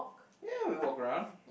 ya we walk around